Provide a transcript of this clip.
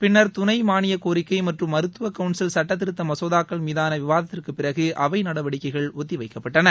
பின்னா் துணை மானியக் கோிக்கை மற்றும் மருத்துவ கவுன்சில் சட்டத்திருத்த மசோதாக்கள் மீதான விவாதத்திற்குப் பிறகு அவை நடவடிக்கைகள் ஒத்திவைக்கப்பட்டன